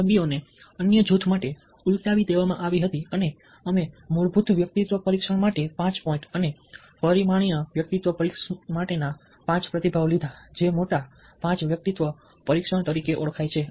છબીઓ અન્ય જૂથ માટે ઉલટાવી દેવામાં આવી હતી અને અમે મૂળભૂત વ્યક્તિત્વ પરીક્ષણ માટે 5 પોઈન્ટ અને પરિમાણીય વ્યક્તિત્વ પરીક્ષણ માટેના 5 પ્રતિભાવો લીધા હતા જે મોટા 5 વ્યક્તિત્વ પરીક્ષણ તરીકે ઓળખાય છે